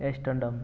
Amsterdam